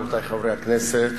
רבותי חברי הכנסת,